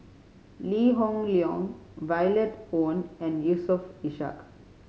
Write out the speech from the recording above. Lee Hoon Leong Violet Oon and Yusof Ishak